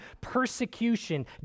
persecution